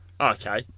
okay